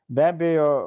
be abejo